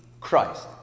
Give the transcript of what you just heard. Christ